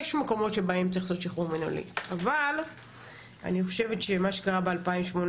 אבל מה שקרה ב-2018,